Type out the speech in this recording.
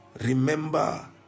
Remember